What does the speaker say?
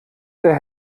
der